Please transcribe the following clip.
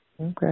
Okay